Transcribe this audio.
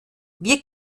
wir